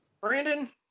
Brandon